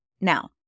Now